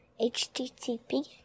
HTTP